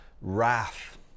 Wrath